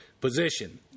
position